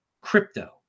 Crypto